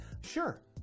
Sure